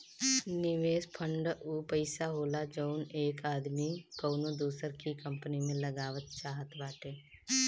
निवेस फ़ंड ऊ पइसा होला जउन एक आदमी कउनो दूसर की कंपनी मे लगाए चाहत बाटे